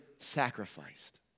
sacrificed